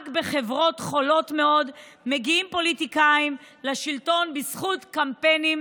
רק בחברות חולות מאוד מגיעים פוליטיקאים לשלטון בזכות קמפיינים